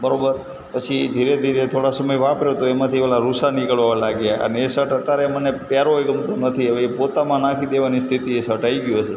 બરાબર પછી ધીરે ધીરે થોડા સમય વાપર્યો તો એમાંથી ઓલા રુંછા નીકળવા લાગ્યા અને એ શર્ટ અત્યારે મને પહેરવોય ગમતો નથી હવે એ પોતામાં નાખી દેવાની સ્થિતિએ શર્ટ આવી ગયો છે